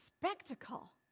spectacle